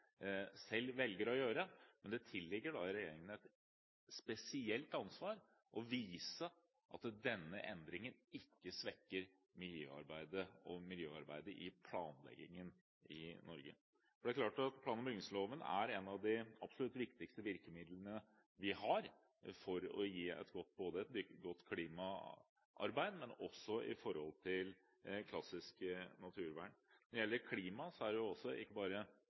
selv velger å gjøre, men det tilligger da regjeringen et spesielt ansvar å vise at denne endringen ikke svekker miljøarbeidet i planleggingen i Norge. Det er klart at plan- og bygningsloven er et av de absolutt viktigste virkemidlene vi har både for et godt klimaarbeid og for arbeidet med klassisk naturvern. Når det gjelder klima, jobber vi ikke bare etter plan- og bygningsloven. Det handler også